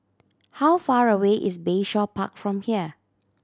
how far away is Bayshore Park from here